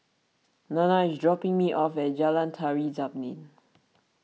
Nana is dropping me off at Jalan Tari Zapin